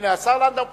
השר לנדאו פה.